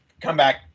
comeback